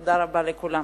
תודה רבה לכולם.